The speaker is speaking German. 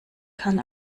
kann